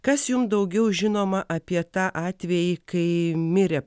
kas jums daugiau žinoma apie tą atvejį kai mirė